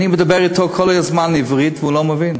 אני מדבר אתו כל הזמן עברית והוא לא מבין,